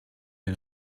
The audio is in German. dem